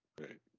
Right